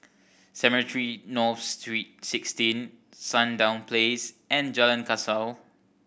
Cemetry North sixteen Sandown Place and Jalan Kasau